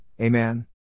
Amen